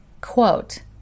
quote